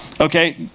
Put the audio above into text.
okay